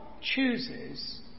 chooses